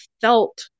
felt